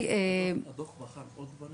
הדוח בחן עוד דברים